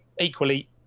equally